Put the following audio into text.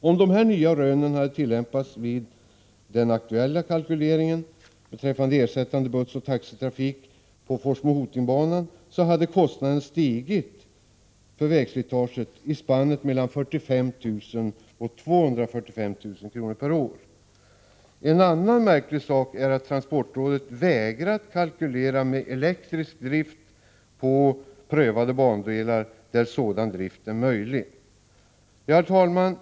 Om dessa nya rön hade tillämpats vid den aktuella kalkyleringen beträffande ersättande bussoch taxitrafik på Forsmo-Hoting-banan hade kostnaden för vägslitage stigit i spannet mellan 45 000 och 245 000 kr./år. En annan märklig sak är att transportrådet har vägrat kalkylera med elektrisk drift på prövade bandelar där sådan drift är möjlig. Herr talman!